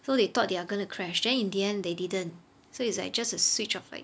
so they thought they are going to crash then in the end they didn't so it's like just a switch off right